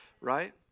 right